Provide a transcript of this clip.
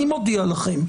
אני מודיע לכם,